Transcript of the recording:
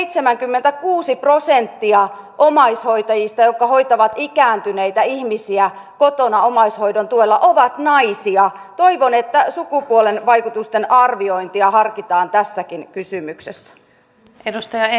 itsemänkymmentä kuusi prosenttia omaishoitajista jotka jäädä tänne työskentelemään opintojen päätyttyä voivat kyllä maksaa tuon lukukausimaksun joka ei edes kata heidän opiskeluistaan syntyviä kuluja